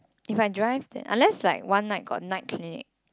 if I drive then unless like one night got night clinic